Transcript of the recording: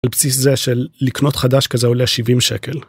על בסיס זה של לקנות חדש כזה עולה 70 שקל.